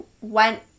went